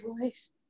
voice